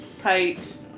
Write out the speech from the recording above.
Tight